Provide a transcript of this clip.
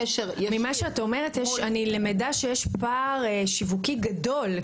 יש לנו קשר --- ממה שאת אומרת אני למדה שיש פער שיווקי גדול,